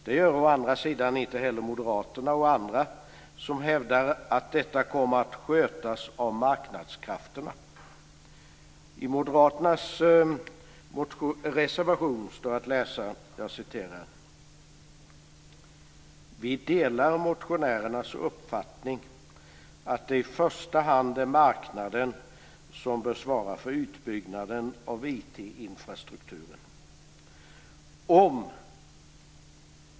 Det gör å andra sidan inte heller moderaterna och andra, som hävdar att detta kommer att skötas av marknadskrafterna. I Moderaternas reservation står det att läsa: "Vi delar motionärernas uppfattning att det i första hand är marknaden som bör svara för utbyggnaden av IT-infrastrukturen.